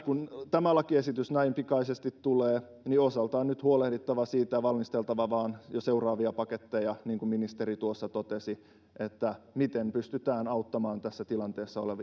kun tämä lakiesitys näin pikaisesti tulee niin meidän on nyt osaltamme nyt huolehdittava siitä ja valmisteltava vain jo seuraavia paketteja niin kuin ministeri tuossa totesi että miten pystytään auttamaan tässä tilanteessa